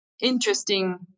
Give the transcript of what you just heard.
interesting